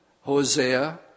Hosea